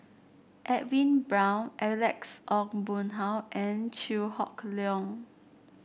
Edwin Brown Alex Ong Boon Hau and Chew Hock Leong